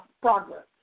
progress